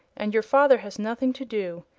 and your father has nothing to do,